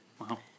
Wow